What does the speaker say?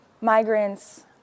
migrants